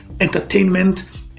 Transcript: entertainment